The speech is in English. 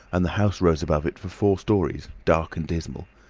and the house rose above it for four storeys, dark and dismal.